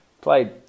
Played